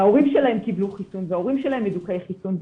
ההורים שלהם קיבלו חיסון וההורים שלהם מדוכאי חיסון,